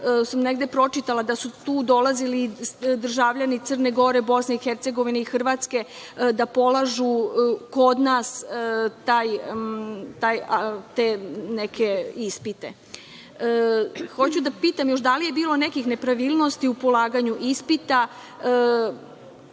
sam negde pročitala da su tu dolazili državljani Crne Gore, Bosne i Hercegovine i Hrvatske da polažu kod nas te neke ispite. Hoću još da pitam – da li je bilo nekih nepravilnosti u polaganju ispita